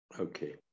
Okay